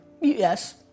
Yes